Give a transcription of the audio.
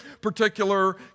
particular